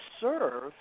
serve